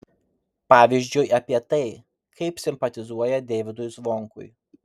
pavyzdžiui apie tai kaip simpatizuoja deivydui zvonkui